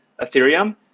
Ethereum